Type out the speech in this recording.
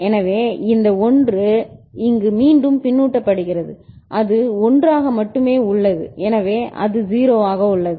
எனவே இந்த 1 இங்கு மீண்டும் பின்னூட்டப் படுகிறது அது 1 ஆக மட்டுமே உள்ளது எனவே அது 0 ஆக உள்ளது